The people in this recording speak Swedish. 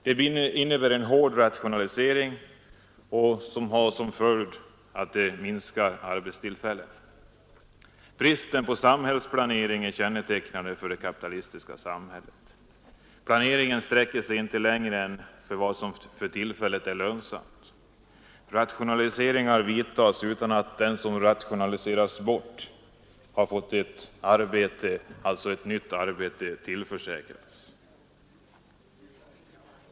Det innebär en hård rationalisering som har till följd att arbetstillfällena minskar. Bristen på samhällsplanering är kännetecknande för det kapitalistiska samhället. Planeringen sträcker sig inte längre än till vad som för tillfället är lönsamt. Rationaliseringar genomförs utan att den som rationaliseras bort har tillförsäkrats nytt arbete.